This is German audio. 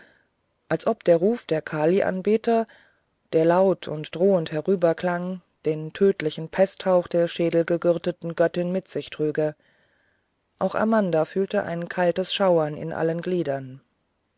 als ob der ruf der kalianbeter der laut und drohend herüberklang den tödlichen pesthauch der schädelgegürteten göttin mit sich trüge auch amanda fühlte ein kaltes schauern in allen gliedern